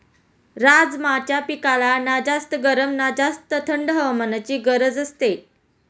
राजमाच्या पिकाला ना जास्त गरम ना जास्त थंड हवामानाची गरज असते